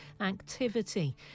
activity